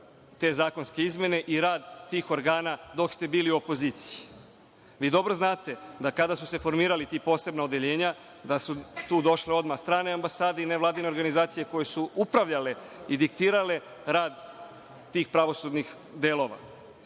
te zakonske izmene i rad tih organa dok ste bili u opoziciji. Vi dobro znate da kada su se formirala ta posebna odeljenja da su tu došle odmah strane ambasade i nevladine organizacije koje su upravljale i diktirale rad tih pravosudnih delova.